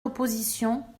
l’opposition